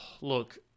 look